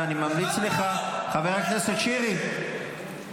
ואני ממליץ לך ------ חבר הכנסת שירי -- הוא